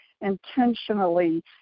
intentionally